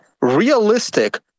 realistic